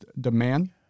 Demand